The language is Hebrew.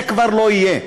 זה כבר לא יהיה,